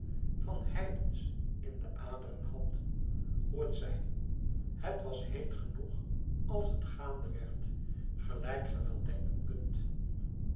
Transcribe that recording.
van heidens in de aderen had hoe het zij het was heet genoeg als het gaande werd gelijk ge wel denken kunt